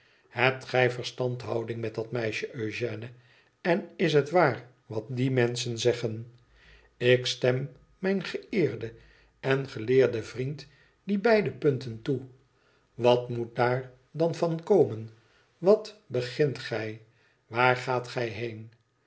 hebt gij verstandhouding met dat meisje eugène en is het waar wat die menschen zeggen lk stem mijn geëerden en geleerden vriend die beide punten toe wat moet daar dan van komen wat begint gij waar gaat gij heen